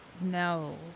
No